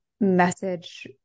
message